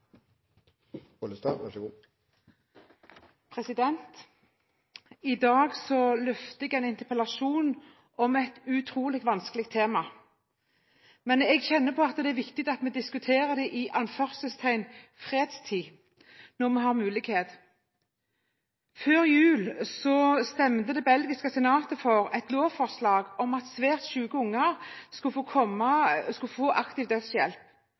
skal gjennomføres. Så vil også jeg takke for en god debatt. Debatten i sak nr. 5 er avsluttet. I dag løfter jeg en interpellasjon om et utrolig vanskelig tema, men jeg kjenner at det er viktig at vi diskuterer det «i fredstid», når vi har muligheten. Før jul stemte det belgiske senatet for et lovforslag om at svært syke unger skal kunne få aktiv dødshjelp.